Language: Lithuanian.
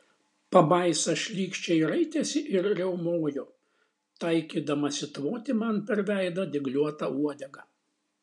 pabaisa šlykščiai raitėsi ir riaumojo taikydamasi tvoti man per veidą dygliuota uodega